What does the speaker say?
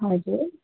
हजुर